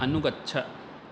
अनुगच्छ